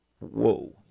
whoa